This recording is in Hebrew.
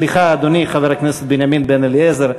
סליחה, אדוני, חבר הכנסת בנימין בן-אליעזר.